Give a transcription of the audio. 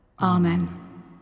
Amen